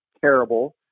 terrible